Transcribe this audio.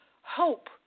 hope